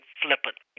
flippant